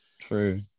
true